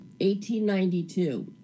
1892